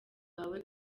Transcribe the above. wawe